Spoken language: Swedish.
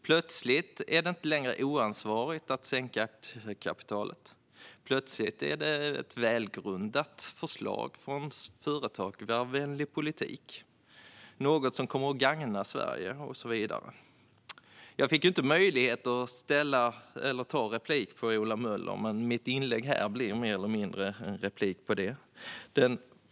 Plötsligt är det inte längre oansvarigt att sänka aktiekapitalet. Plötsligt är det ett välgrundat förslag, en företagarvänlig politik, något som kommer att gagna Sverige och så vidare. Jag fick inte möjlighet att ta replik på Ola Möller, så i stället blir mitt anförande mer eller mindre en replik.